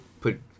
put